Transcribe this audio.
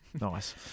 Nice